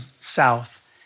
south